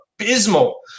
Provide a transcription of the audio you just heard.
abysmal